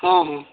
ହଁ ହଁ